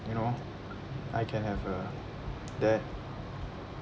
you know I can have a dad